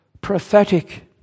prophetic